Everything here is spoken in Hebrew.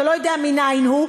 אתה לא יודע מנין הוא,